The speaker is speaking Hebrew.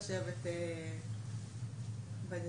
גם קיבלנו ניירות עמדה מלשכת עורכי הדין,